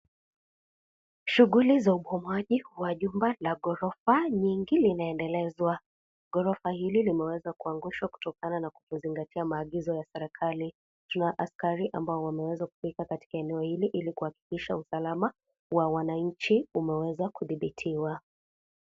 Shughuli za ubomoaji wa jumba la ghorofa nyingi linaendelezwa, ghorofa hili limeweza kunagushwa kutokana na kuzingatia maagizo ya serikali, kuna askari ambao wameweza kufika katika eneo hili ili kuhakikisha usalama wa wananchi umeweza kuthibitiwa.